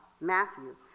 Matthew